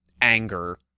anger